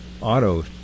auto